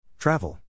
Travel